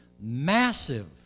massive